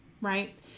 Right